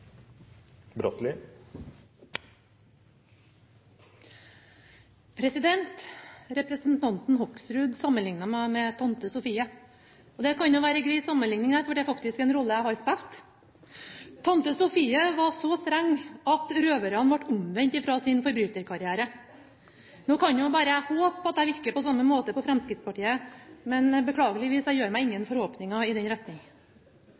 drift. Representanten Hoksrud sammenlignet meg med tante Sofie. Det kan være en grei sammenligning, for det er faktisk en rolle jeg har spilt. Tante Sofie var så streng at røverne ble omvendt fra sin forbryterkarriere. Nå kan jeg bare håpe at jeg virker på samme måte på Fremskrittspartiet, men beklageligvis, jeg gjør meg ingen forhåpninger i den retning.